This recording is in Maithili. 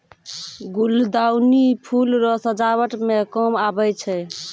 गुलदाउदी फूल रो सजावट मे काम आबै छै